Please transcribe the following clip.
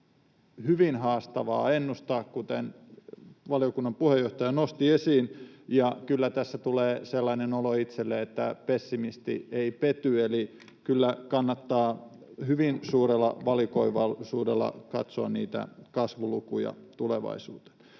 hyvin haastavaa ennustaa, kuten valiokunnan puheenjohtaja nosti esiin, ja kyllä tässä tulee sellainen olo itselle, että pessimisti ei pety, eli kyllä kannattaa hyvin suurella valikoivuudella katsoa niitä kasvulukuja tulevaisuuteen.